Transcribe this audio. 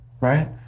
right